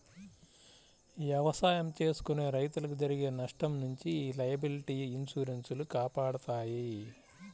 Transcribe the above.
ఎవసాయం చేసుకునే రైతులకు జరిగే నష్టం నుంచి యీ లయబిలిటీ ఇన్సూరెన్స్ లు కాపాడతాయి